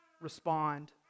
respond